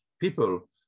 people